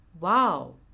Wow